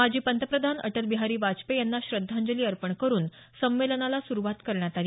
माजी पंतप्रधान भारतरत्न अटलबिहारी वाजपेयी यांना श्रद्धांजली अर्पण करुन संमेलनाला सुरुवात करण्यात आली